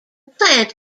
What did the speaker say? plant